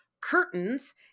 Curtains